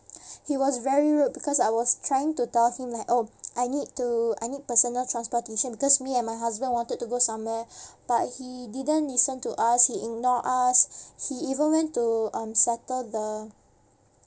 he was very rude because I was trying to tell him like oh I need to I need personal transportation because me and my husband wanted to go somewhere but he didn't listen to us he ignore us he even went to um settle the